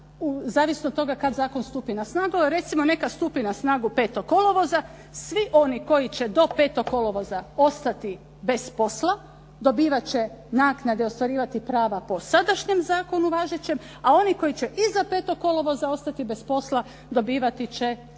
zavisno od toga kada zakon stupi na snagu, ali recimo neka stupi na snagu 5. kolovoza. Svi oni koji će do 5. kolovoza ostanu bez posla, dobivat će naknade i ostvarivati prava po sadašnjem zakonu važećem, a oni koji će iza 5. kolovoza ostati bez posla dobivati će smanjene